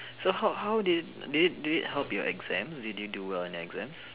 so how how did did it did it help your exams did you do well in your exams